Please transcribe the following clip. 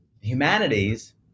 Humanities